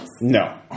No